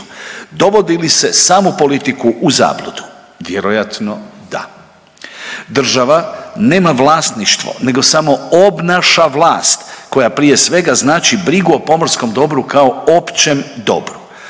Dovodi li se samu politiku u zabludu? Vjerojatno da. Država nema vlasništvo nego samo obnaša vlast, koja prije svega, znači brigu o pomorskom dobru kao općem dobru.